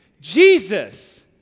Jesus